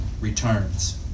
returns